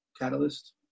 catalyst